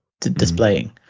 displaying